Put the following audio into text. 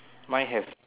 mine have